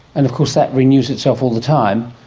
and of course that renews itself all the time,